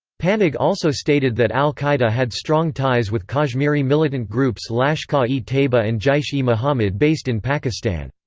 panag also stated that al-qaeda had strong ties with kashmiri militant groups lashkar-e-taiba and jaish-e-mohammed based in pakistan.